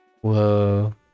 Whoa